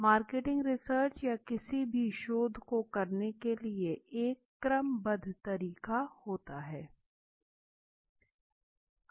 marketing research या किसी भी शोध को करने के लिए एक क्रमबद्ध तरीका होता हैं